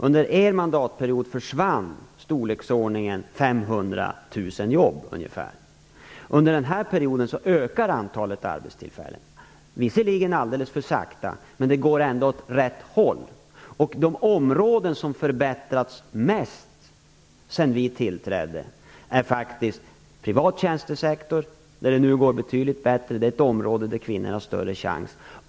Under den förra mandatperioden försvann ungefär 500 000 jobb. Under nuvarande period ökar antalet arbetstillfällen. Visserligen ökar de alldeles för sakta, men det går ändå åt rätt håll. Ett av de områden som förbättrats mest sedan denna regering tillträdde är faktiskt privat tjänstesektor. Där går det nu betydligt bättre, och kvinnorna har en större chans.